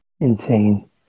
insane